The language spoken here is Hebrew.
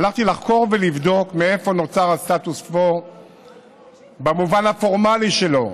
הלכתי לחקור ולבדוק מאיפה נוצר הסטטוס קוו במובן הפורמלי שלו,